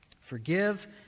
Forgive